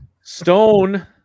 Stone